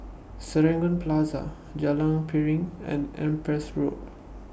Serangoon Plaza Jalan Piring and Empress Road